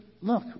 look